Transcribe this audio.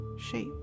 shape